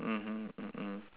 mmhmm mm mm